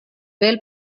veel